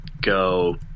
go